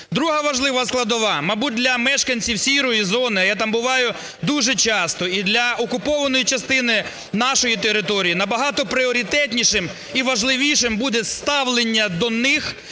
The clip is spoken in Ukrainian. Друга важлива складова. Мабуть, для мешканців "сірої зони", а я там буваю дуже часто, і для окупованої частини нашої території набагато пріоритетнішим і важливішим буде ставлення до них